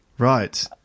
Right